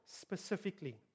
specifically